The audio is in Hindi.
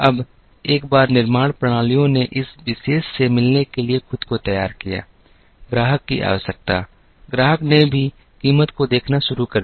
अब एक बार निर्माण प्रणालियों ने इस विशेष से मिलने के लिए खुद को तैयार किया ग्राहक की आवश्यकता ग्राहक ने भी कीमत को देखना शुरू कर दिया